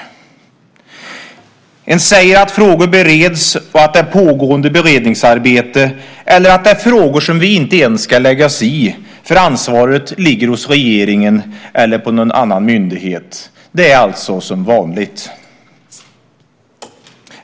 Man säger att frågor bereds och att det pågår beredningsarbete eller att det är frågor som vi inte ens ska lägga oss i, för ansvaret ligger hos regeringen eller på någon annan myndighet. Det är alltså som vanligt.